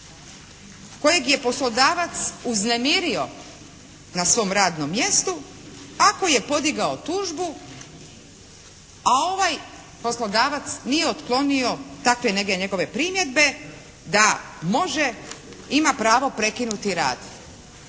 kojeg je poslodavac uznemirio na svom radnom mjestu ako je podigao tužbu, a ovaj poslodavac nije otklonio takve neke njegove primjedbe da može, ima pravo prekinuti rad.